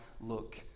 look